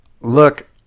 look